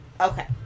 okay